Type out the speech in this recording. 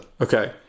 Okay